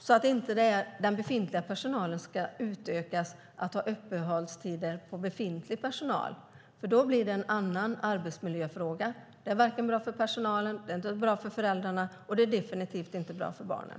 Det är inte den befintliga personalen som ska stå för de utökade öppettiderna. Då blir det en arbetsmiljöfråga. Det är inte bra för personalen, föräldrarna eller barnen.